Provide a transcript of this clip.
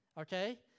okay